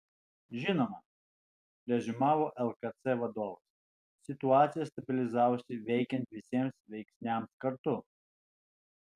žinoma reziumavo lkc vadovas situacija stabilizavosi veikiant visiems veiksniams kartu